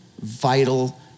vital